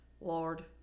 Lord